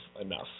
enough